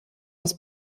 das